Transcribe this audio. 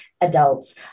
adults